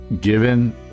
given